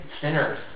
sinners